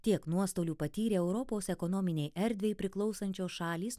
tiek nuostolių patyrė europos ekonominei erdvei priklausančios šalys